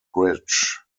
bridge